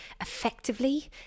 effectively